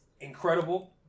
incredible